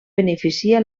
beneficia